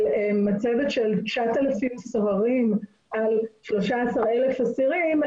מצבת של 9,000 סוהרים על 13,000 אסירים,